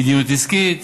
מדיניות עסקית